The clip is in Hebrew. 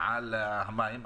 על המים.